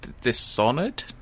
Dishonored